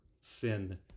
sin